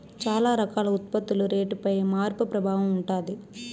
చాలా రకాల ఉత్పత్తుల రేటుపై మార్పు ప్రభావం ఉంటది